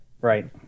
Right